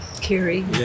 Kerry